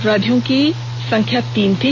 अपराधियों की कुल संख्या तीन थी